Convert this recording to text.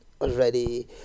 already